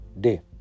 day